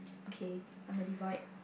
okay I'm a divide